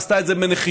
עשתה את זה בנחישות,